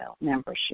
membership